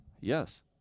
Yes